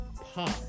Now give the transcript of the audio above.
pop